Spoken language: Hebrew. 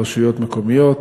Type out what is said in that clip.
רשויות מקומיות,